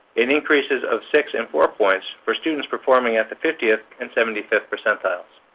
and increases of six and four points for students performing at the fiftieth and seventy fifth percentiles.